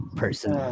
person